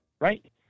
right